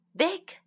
big